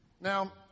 Now